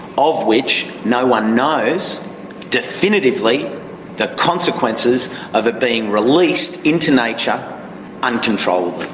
of which no-one knows definitively the consequences of it being released into nature uncontrolled.